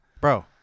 Bro